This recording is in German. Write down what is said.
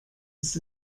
ist